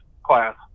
class